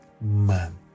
man